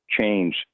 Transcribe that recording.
change